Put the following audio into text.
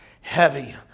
heavy